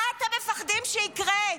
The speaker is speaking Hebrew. מה אתם מפחדים שיקרה,